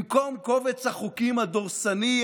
במקום קובץ החוקים הדורסני,